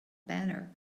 better